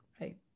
right